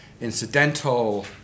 incidental